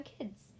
kids